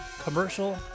Commercial